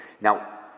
Now